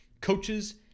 Coaches